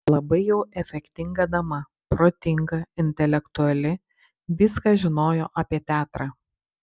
labai jau efektinga dama protinga intelektuali viską žinojo apie teatrą